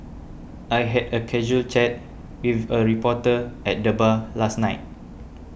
I had a casual chat with a reporter at the bar last night